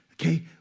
Okay